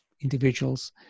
individuals